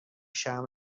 شرم